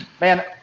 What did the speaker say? Man